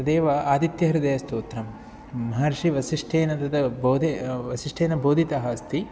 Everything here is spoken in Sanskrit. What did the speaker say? तदेव आदित्यहृदयस्तोथ्रं महर्षिवसिष्ठेन तद् बोधे वसिष्ठेन बोधितः अस्ति